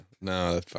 No